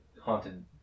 haunted